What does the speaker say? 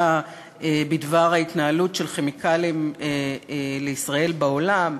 בדבר ההתנהלות של "כימיקלים לישראל" בעולם.